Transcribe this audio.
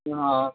ஆ